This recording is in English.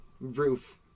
roof